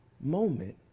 moment